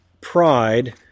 pride